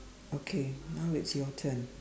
okay now it's your turn